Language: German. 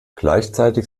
gleichzeitig